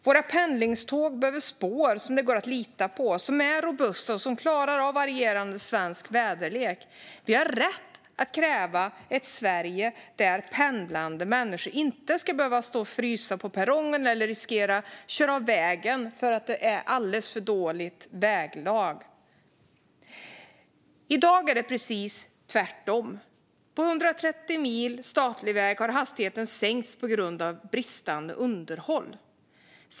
Våra pendlingståg behöver spår som det går att lita på, som är robusta och som klarar av varierande svensk väderlek. Vi har rätt att kräva ett Sverige där pendlande människor inte ska behöva stå och frysa på perrongen eller riskera att köra av vägen för att väglaget är alldeles för dåligt. I dag är det precis tvärtom. På 130 mil statlig väg har hastigheten sänkts på grund av bristande underhåll.